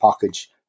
package